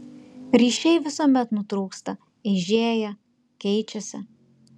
ryšiai visuomet nutrūksta eižėja keičiasi